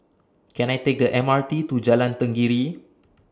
Can I Take The M R T to Jalan Tenggiri